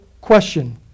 question